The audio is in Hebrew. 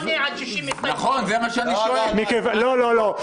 ----- לא, לא.